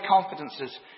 confidences